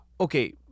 okay –